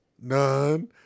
None